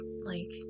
like-